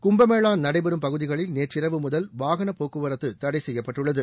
கும்பமேளா நடைபெறும் பகுதிகளில் நேற்றிரவு முதல் வாகனப்போக்குவரத்து தடை செய்யப்பட்டுள்ளது